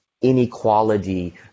inequality